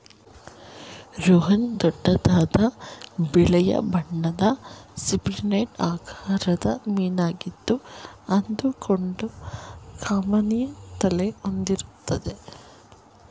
ರೋಹು ದೊಡ್ಡದಾದ ಬೆಳ್ಳಿಯ ಬಣ್ಣದ ಸಿಪ್ರಿನಿಡ್ ಆಕಾರದ ಮೀನಾಗಿದ್ದು ಎದ್ದುಕಾಣೋ ಕಮಾನಿನ ತಲೆ ಹೊಂದಿರುತ್ತೆ